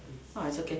ah it's okay